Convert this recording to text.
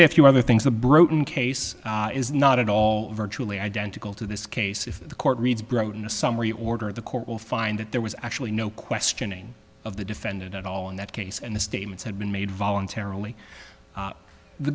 say a few other things a broken case is not at all virtually identical to this case if the court reads brought in a summary order the court will find that there was actually no questioning of the defendant at all in that case and the statements had been made voluntarily